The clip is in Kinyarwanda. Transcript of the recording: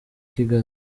kigali